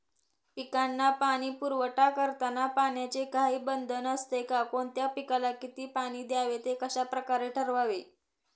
पिकांना पाणी पुरवठा करताना पाण्याचे काही बंधन असते का? कोणत्या पिकाला किती पाणी द्यावे ते कशाप्रकारे ठरवावे?